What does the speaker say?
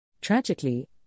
Tragically